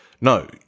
No